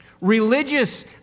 religious